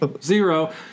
zero